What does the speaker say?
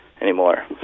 anymore